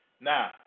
Now